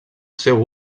seu